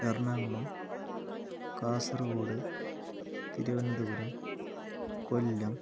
Ernakulam Kasaragod Thiruvananthapuram Kollam